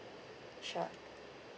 sure